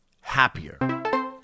happier